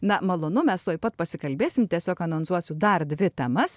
na malonu mes tuoj pat pasikalbėsim tiesiog anonsuosiu dar dvi temas